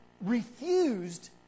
refused